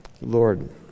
Lord